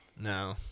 No